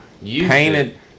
painted